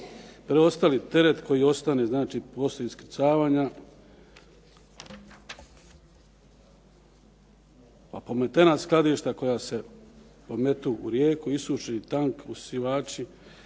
Preostali teret koji ostane, znači poslije iskrcavanja, a … skladišta koja se pometu u rijeku, isuši tank, usisavači,